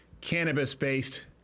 cannabis-based